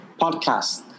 podcast